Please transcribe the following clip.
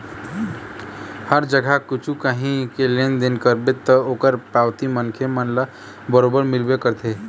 हर जगा कछु काही के लेन देन करबे ता ओखर पावती मनखे मन ल बरोबर मिलबे करथे